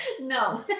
No